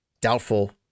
doubtful